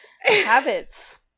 Habits